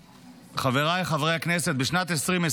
חבריי חברי הכנסת, בשנת 2020,